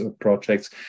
projects